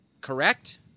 correct